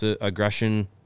aggression